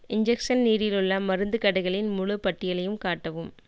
injection நீடிலுள்ள மருந்துக் கடைகளின் முழுப் பட்டியலையும் காட்டவும்